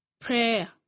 Prayer